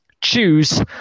choose